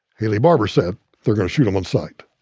haley barbour said they're going to shoot em on sight.